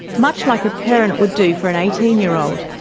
much like a parent would do for an eighteen year old.